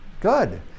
Good